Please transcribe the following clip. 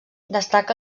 destaca